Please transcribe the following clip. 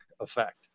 effect